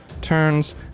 Turns